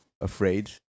afraid